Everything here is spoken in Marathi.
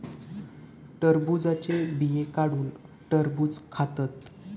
टरबुजाचे बिये काढुन टरबुज खातत